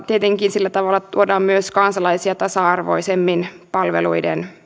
tietenkin sillä tuodaan myös kansalaisia tasa arvoisemmin palveluiden